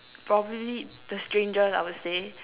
probably the strangest I would say